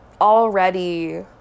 already